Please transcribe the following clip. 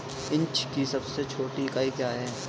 Inch की सबसे छोटी इकाई क्या है?